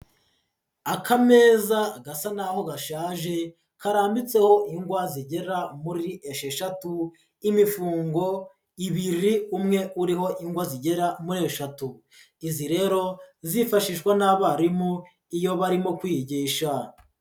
Akameza gasa naho gashaje karambitseho ingwa zigera muri esheshatu, imifungo ibiri umwe uriho ingwa zigera muri eshatu. Izi rero zifashishwa n'abarimu iyo barimo kwigisha.